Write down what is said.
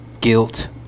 guilt